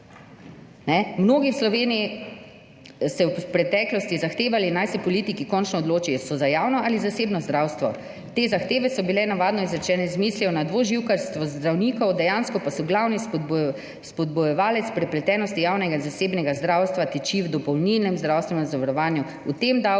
Mnogi v Sloveniji se v preteklosti zahtevali, naj se politiki končno odločijo, so za javno ali zasebno zdravstvo. Te zahteve so bile navadno izrečene z mislijo na dvoživkarstvo zdravnikov, dejansko pa glavni spodbujevalec prepletenosti javnega in zasebnega zdravstva tiči v dopolnilnem zdravstvenem zavarovanju,v tem davku,